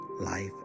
life